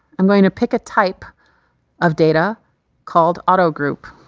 i'm going to pick a type of data called auto-group.